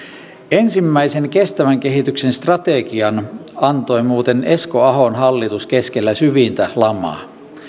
ensimmäisen kestävän kehityksen strategian antoi muuten esko ahon hallitus keskellä syvintä lamaa